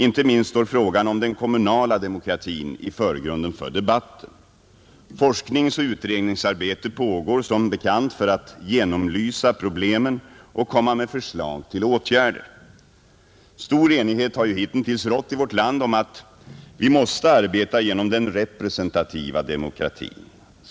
Inte minst står frågan om den kommunala demokratin i förgrunden för debatten. Forskningsoch utredningsarbete pågår som bekant för att genomlysa problemen och komma med förslag till åtgärder. Stor enighet har ju hitintills rått i vårt land om att vi måste arbeta genom den representativa demokratin.